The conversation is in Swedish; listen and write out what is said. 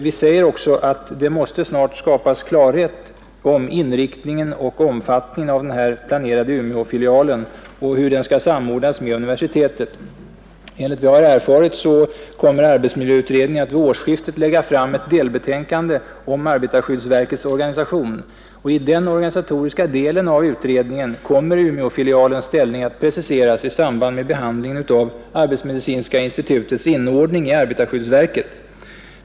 Vi säger vidare att det snart måste skapas klarhet om inriktningen och omfattningen av den planerade Umeåfilialen och om hur den skall samordnas med universitetet. Enligt vad jag har erfarit kommer arbetsmiljöutredningen att vid årsskiftet lägga fram ett delbetänkande om arbetarskyddsverkets organisation. I denna del av utredningen kommer Umeåfilialens ställning att preciseras i samband med behandlingen av arbetsmedicinska institutets inordning i arbetarskyddsverket.